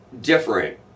different